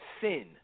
sin